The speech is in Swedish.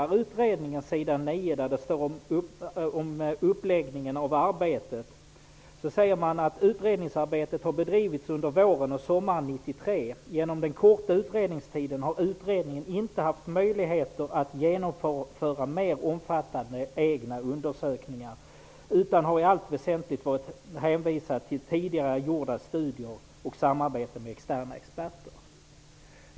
Av utredningen framgår det angående uppläggningen av arbetet att utredningsarbetet har bedrivits under våren och sommaren 1993. På grund av den korta utredningstiden har utredningen inte haft möjligheter att genomföra mer omfattande egna undersökningar. I stället har den i allt väsentligt varit hänvisad till tidigare gjorda studier och samarbete med externa experter.